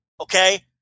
Okay